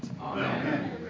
Amen